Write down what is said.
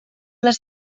les